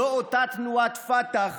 זאת אותה תנועת פת"ח